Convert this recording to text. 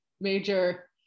major